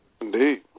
Indeed